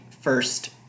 first